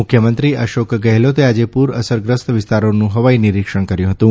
મુખ્યમંત્રી અશોક ગેહલોતે આજે પૂર અસરગ્રસ્ત વિસ્તારોનું હવાઇ નિરીક્ષણ કર્થું હતું